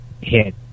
hit